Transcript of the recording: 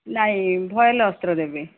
ନାଇଁ ଭୟେଲ ଅସ୍ତ୍ର ଦେବେ